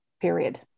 period